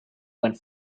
went